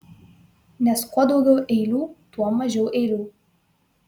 nes kuo daugiau eilių tuo mažiau eilių